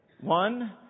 One